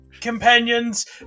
companions